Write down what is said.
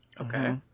Okay